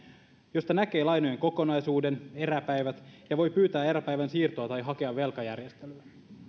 josta näkee lainojen kokonaisuuden eräpäivät ja voi pyytää eräpäivän siirtoa tai hakea velkajärjestelyä